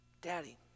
Daddy